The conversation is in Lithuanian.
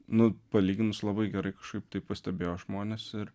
nu palyginus labai gerai kažkaip taip pastebėjo žmonės ir